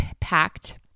packed